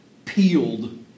peeled